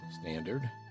Standard